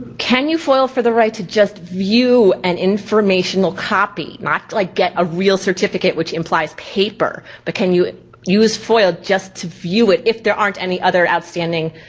can you foil for the right to just view an informational copy, not like get a real certificate which implies paper, but can you use foil just to view it if there aren't any other outstanding